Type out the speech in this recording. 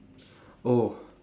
oh